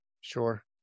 Sure